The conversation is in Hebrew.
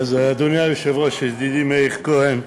אדוני היושב-ראש ידידי מאיר כהן,